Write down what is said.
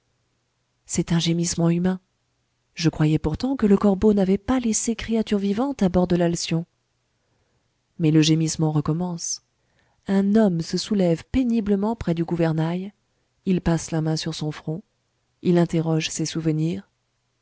c'est un gémissement humain je croyais pourtant que le corbeau n'avait pas laissé créature vivante à bord de l'alcyon mais le gémissement recommence un homme se soulève péniblement près du gouvernail il passe la main sur son front il interroge ses souvenirs